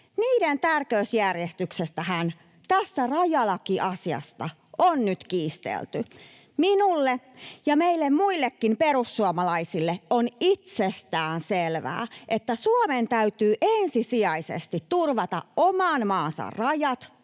niiden tärkeysjärjestyksestähän tässä rajalakiasiassa on nyt kiistelty. Minulle ja meille muillekin perussuomalaisille on itsestäänselvää, että Suomen täytyy ensisijaisesti turvata oman maansa rajat